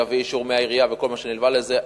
יביא אישור מהעירייה וכל מה שנלווה לזה,